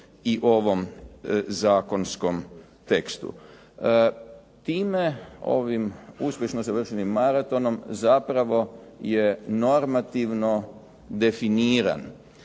i ovom zakonskom tekstu. Time ovim uspješno završenim maratonom zapravo je normativno definiran